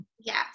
Yes